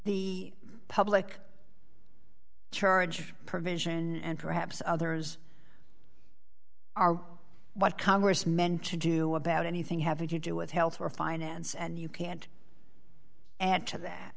the public charge provision and perhaps others are what congress meant to do about anything having to do with health or finance and you can't add to that